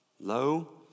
Low